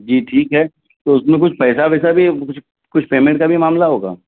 جی ٹھیک ہے تو اس میں کچھ پیسہ ویسا بھی کچھ کچھ پیمنٹ کا بھی معاملہ ہوگا